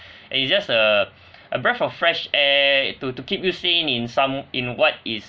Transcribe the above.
and it's just a a breath of fresh air to to keep you sane in some in what is